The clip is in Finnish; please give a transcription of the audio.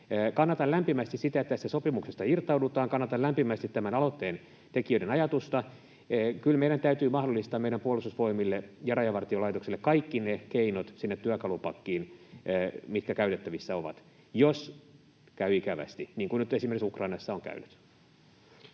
Kannatan lämpimästi sitä, että tästä sopimuksesta irtaudutaan. Kannatan lämpimästi tämän aloitteen tekijöiden ajatusta. Kyllä meidän täytyy mahdollistaa meidän Puolustusvoimille ja Rajavartiolaitokselle kaikki ne keinot työkalupakkiin, mitkä käytettävissä ovat, jos käy ikävästi, niin kuin nyt esimerkiksi Ukrainassa on käynyt.